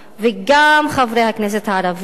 וגם חברי הכנסת הערבים,